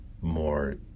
more